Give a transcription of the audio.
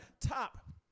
top